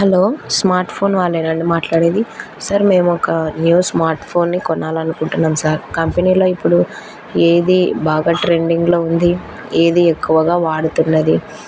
hello smart phone వాళ్లేనా అండి మాట్లాడేది సార్ మేము ఒక న్యూ స్మార్ట్ఫోన్ని కొనాలి అనుకుంటున్నాం సార్ కంపెనీలో ఇప్పుడు ఏది బాగా ట్రెండింగ్లో ఉంది ఏది ఎక్కువగా వాడుతున్నది